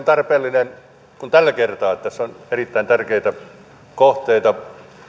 tarpeellinen kuin tällä kertaa tässä on erittäin tärkeitä kohteita